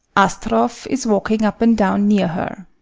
astroff is walking up and down near her.